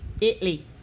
Italy